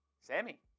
Sammy